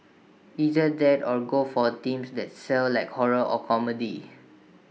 either that or go for themes that sell like horror or comedy